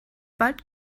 bald